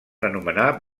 anomenar